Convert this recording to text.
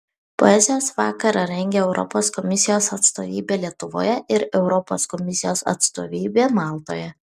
poezijos vakarą rengia europos komisijos atstovybė lietuvoje ir europos komisijos atstovybė maltoje